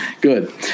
Good